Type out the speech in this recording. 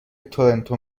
تورنتو